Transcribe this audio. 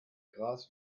gras